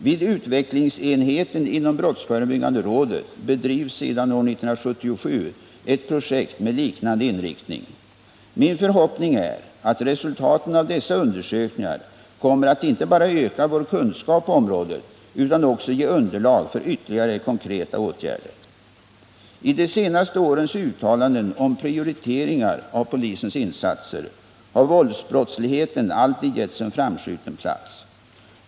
Vid utvecklingsenheten inom brottsförebyggande rådet bedrivs sedan år 1977 ett projekt med liknande inriktning. Min förhoppning är att resultaten av dessa undersökningar kommer att inte bara öka vår kunskap på området utan också ge underlag för ytterligare konkreta åtgärder. I de senaste årens uttalanden om prioriteringar av polisens insatser har våldsbrottsligheten alltid getts en framskjuten plats.